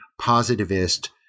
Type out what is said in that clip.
positivist